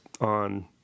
on